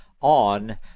on